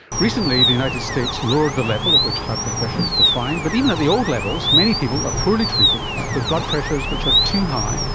recently the united states lowered the level at which high blood pressure is defined, but even at the old levels, many people are poorly treated, with blood pressures that are too high,